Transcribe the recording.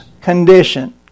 condition